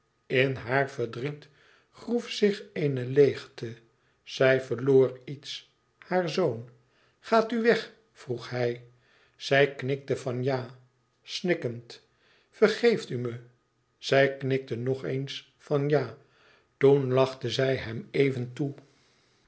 in haar verdriet groef zich eene leêgte zij verloor iets haar zoon gaat u weg vroeg hij zij knikte van ja snikkend vergeeft u me zij knikte nog eens van ja toen lachte zij hem even toe